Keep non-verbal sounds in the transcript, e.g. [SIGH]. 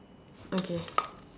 okay [NOISE]